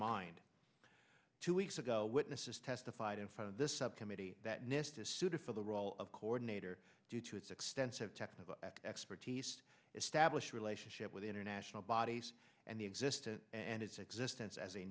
mind two weeks ago witnesses testified in front of this subcommittee that nist is suited for the role of coordinator due to its extensive technical expertise established relationship with international bodies and the existence and its existence as a